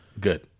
good